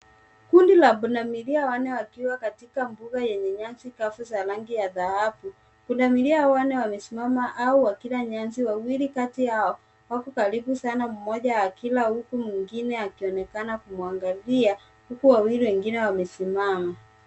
Kundi la pundamilia wanne wakiwa katika mbuga yeye nyasi kavu ya rangi ya dhahabu. Pundamilia hao wanne wamesimama au wakila nyasi. Wawili kati yao wako karibu sana, mmoja wao akila huku mwengine akionekana akimwangalia huku wengine wawili wamesimama.